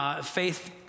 faith